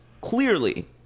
clearly